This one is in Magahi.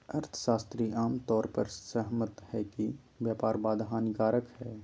अर्थशास्त्री आम तौर पर सहमत हइ कि व्यापार बाधा हानिकारक हइ